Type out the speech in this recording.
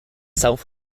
south